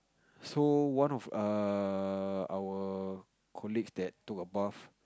so one of err our colleagues that took a bath